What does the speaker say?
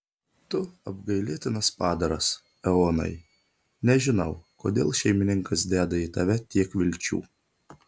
tu apgailėtinas padaras eonai nežinau kodėl šeimininkas deda į tave tiek vilčių